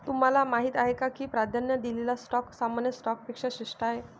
तुम्हाला माहीत आहे का की प्राधान्य दिलेला स्टॉक सामान्य स्टॉकपेक्षा श्रेष्ठ आहे?